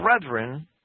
brethren